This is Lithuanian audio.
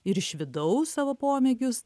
ir iš vidaus savo pomėgius